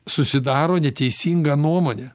susidaro neteisingą nuomonę